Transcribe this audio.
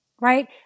right